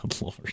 lord